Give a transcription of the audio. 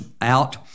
out